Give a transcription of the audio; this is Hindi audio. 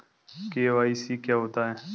के.वाई.सी क्या होता है?